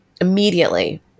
Immediately